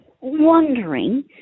wondering